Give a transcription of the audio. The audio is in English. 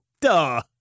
Duh